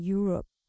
Europe